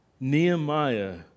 Nehemiah